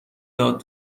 داد